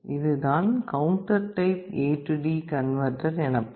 இதுதான் counter type AD converter எனப்படும்